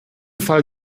fall